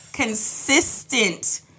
consistent